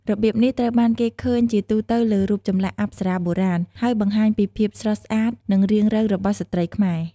របៀបនេះត្រូវបានគេឃើញជាទូទៅលើរូបចម្លាក់អប្សរាបុរាណ ហើយបង្ហាញពីភាពស្រស់ស្អាត និងរាងរៅរបស់ស្ត្រីខ្មែរ។